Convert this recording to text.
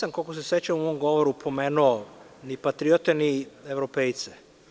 Nisam, koliko se sećam u mom govoru pomenuo ni patriote, ni evropejce.